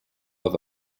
auf